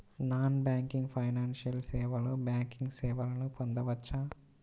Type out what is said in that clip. Non banking financial సేవలో banking సేవలను పొందవచ్చా?